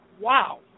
wow